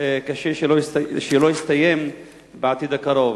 קשה שלא יסתיים בעתיד הקרוב.